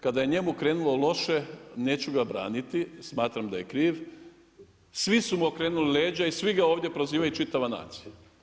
Kada je njemu krenulo loše, neću ga braniti, smatram da je kriv, svi su mu okrenuli leđa i svi ga ovdje prozivaju, čitava nacija.